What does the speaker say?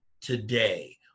today